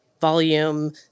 volume